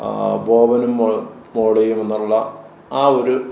ബോബനും മോൾ മോളിയും എന്നുള്ള ആ ഒരു